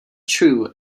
true